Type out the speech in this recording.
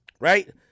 right